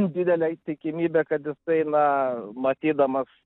didelė tikimybė kad jisai na matydamas